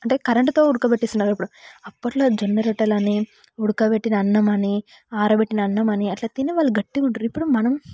అంటే కరెంటుతో ఉడకపెట్టేస్తున్నారు ఇప్పుడు అప్పట్లో జొన్న రొట్టెలు అని ఉడకపెట్టిన అన్నం అని ఆరబెట్టిన అన్నం అని అట్లా తినే వాళ్ళు గట్టిగా ఉంటారు ఇప్పుడు మనం